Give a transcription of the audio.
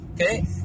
Okay